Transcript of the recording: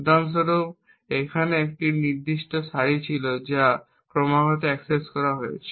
উদাহরণস্বরূপ এখানে আমাদের একটি নির্দিষ্ট সারি ছিল যা ক্রমাগত অ্যাক্সেস করা হয়েছে